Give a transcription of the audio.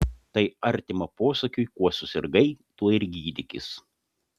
tai artima posakiui kuo susirgai tuo ir gydykis